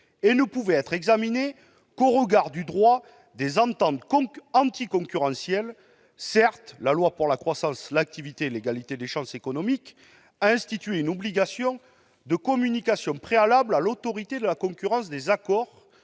et ne pouvaient être examinés qu'au regard du droit des ententes anti-concurrentielles. Certes, la loi pour la croissance, l'activité et l'égalité des chances économiques a institué une obligation de communication préalable à l'Autorité de la concurrence des accords